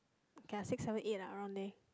K lah six seven eight around there